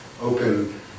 open